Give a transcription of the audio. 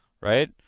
right